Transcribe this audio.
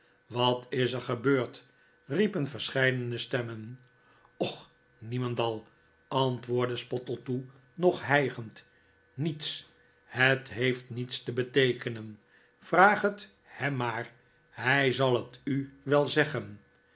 wat is er gebeurd riepen verscheidene stemmen och niemendal antwoordde spottletoe nog hijgend niets het heeft niets te beteekenen vraag het hem maar hij zal het u wel zeggen